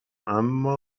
اما